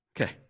Okay